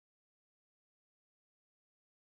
xin yan han is a bit harder to talk to her